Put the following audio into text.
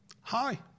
hi